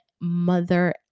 mother